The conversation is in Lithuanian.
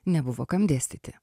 nebuvo kam dėstyti